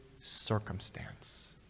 circumstance